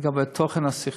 לתוכן הסכסוך.